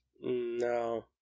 No